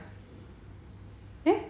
eh